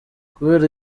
kubera